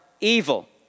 evil